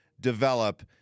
develop